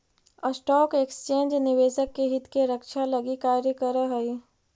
stock exchange निवेशक के हित के रक्षा लगी कार्य करऽ हइ